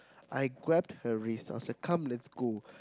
I grabbed her wrist I was like come let's go